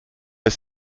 ist